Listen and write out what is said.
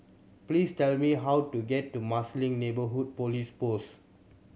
please tell me how to get to Marsiling Neighbourhood Police Post